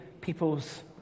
people's